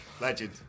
Legend